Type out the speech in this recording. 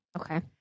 Okay